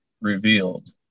revealed